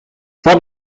vor